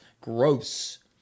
Gross